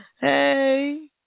Hey